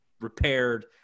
repaired